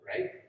right